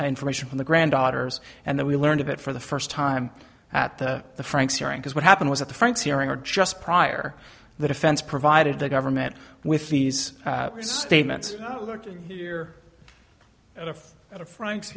information from the granddaughters and that we learned of it for the first time at the franks hearing because what happened was that the franks hearing or just prior the defense provided the government with these statements and a lot of frank